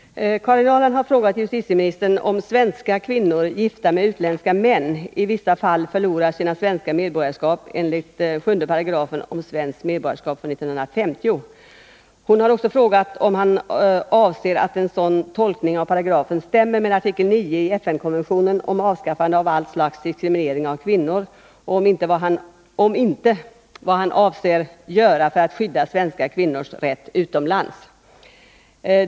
Herr talman! Karin Ahrland har frågat justitieministern om svenska kvinnor gifta med utländska män i vissa fall förlorar sina svenska medborgarskap enligt 7 § lagen om svenskt medborgarskap från 1950. Hon har även frågat om han anser att en sådan tolkning av paragrafen stämmer med artikel 9 i FN-konveationen om avskaffande av allt slags diskriminering av kvinnor och, om inte, vad han avser göra för att skydda svenska kvinnors rätt utomlands.